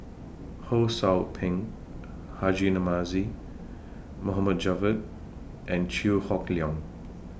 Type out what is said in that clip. Ho SOU Ping Haji Namazie Mohd Javad and Chew Hock Leong